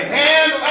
hand